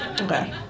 Okay